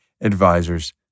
advisors